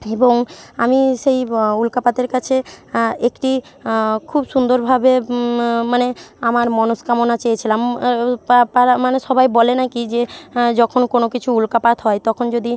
এবং আমি সেই উল্কাপাতের কাছে একটি খুব সুন্দরভাবে মানে আমার মনস্কামনা চেয়েছিলাম মানে সবাই বলে নাকি যে যখন কোনো কিছু উল্কাপাত হয় তখন যদি